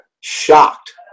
shocked